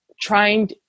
trying